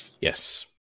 Yes